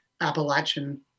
appalachian